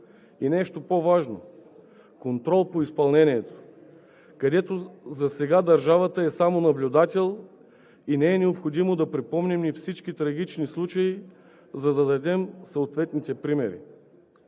и нещо по-важно – контрол по изпълнението, където засега държавата е само наблюдател. Не е необходимо да припомняме всички трагични случаи, за да дадем съответните примери.